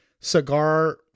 cigar